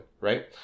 right